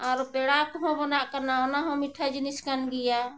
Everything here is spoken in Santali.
ᱟᱨ ᱯᱮᱲᱟ ᱠᱚᱦᱚᱸ ᱵᱟᱱᱟ ᱠᱟᱱᱟ ᱚᱱᱟ ᱦᱚᱸ ᱢᱤᱴᱷᱟᱹ ᱡᱤᱱᱤᱥ ᱠᱟᱱ ᱜᱮᱭᱟ